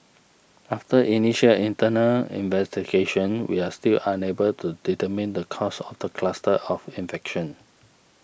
after initial internal investigation we are still unable to determine the cause of the cluster of infection